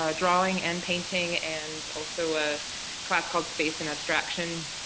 ah drawing and painting, and also a class called space and abstraction